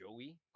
Joey